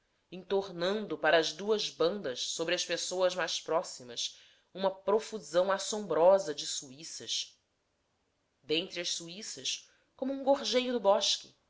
professorado entornando para as duas bandas sobre as pessoas mais próximas uma profusão assombrosa de suíças dentre as suíças como um gorjeio do bosque